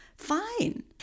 Fine